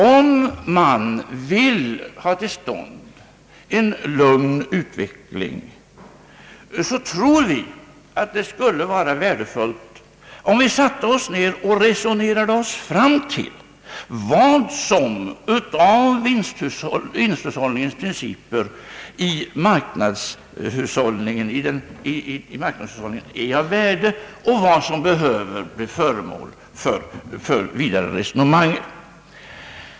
Om man vill ha till stånd en lugn utveckling, skulle det vara värdefullt om vi satte oss ner och resonerade oss fram till vad som av vinsthushållningens principer i marknadshushållningen är av värde och vad som behöver bli föremål för vidare resonemang.